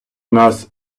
нас